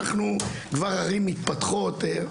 אנחנו כבר ערים מתפתחות,